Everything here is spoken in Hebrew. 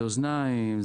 אוזניים,